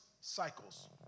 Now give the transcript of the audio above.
cycles